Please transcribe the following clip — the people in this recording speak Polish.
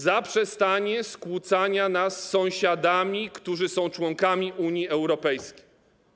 Zaprzestanie skłócania nas z sąsiadami, którzy są członkami Unii Europejskiej.